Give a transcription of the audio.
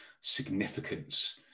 significance